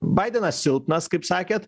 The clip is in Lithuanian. baidenas silpnas kaip sakėt